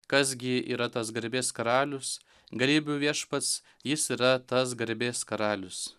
kas gi yra tas garbės karalius galybių viešpats jis yra tas garbės karalius